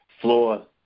floor